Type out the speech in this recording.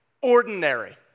ordinary